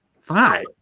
five